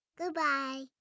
Goodbye